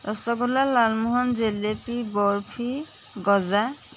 ৰসগোল্লা লালমোহন জেলেপী বৰ্ফি গজা